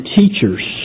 teachers